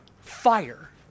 fire